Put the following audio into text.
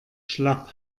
schlapp